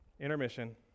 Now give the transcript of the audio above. Intermission